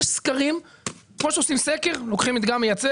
יש סקרים וכמו שעושים סקר ולוקחים מדגם מייצג